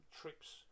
trips